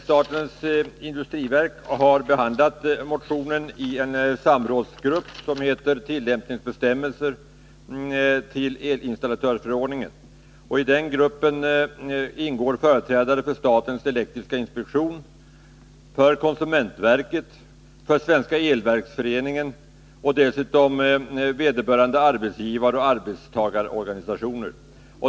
Statens industriverk har behandlat motionen i en samrådsgrupp som heter Tillämpningsbestämmelser till elinstallatörsförordningen. I den gruppen ingår företrädare för statens elektriska inspektion, konsumentverket, Svenska elverksföreningen samt berörda arbetsgivaroch arbetstagarorganisationer.